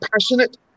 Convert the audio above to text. passionate